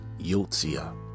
Yotzia